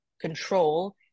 control